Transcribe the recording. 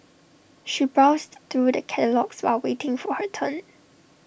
she browsed through the catalogues while waiting for her turn